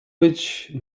być